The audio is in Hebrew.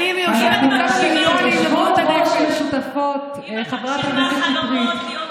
אנחנו יושבות-ראש במשותף, חברת הכנסת שטרית,